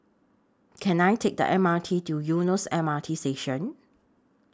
Can I Take The M R T to Eunos M R T Station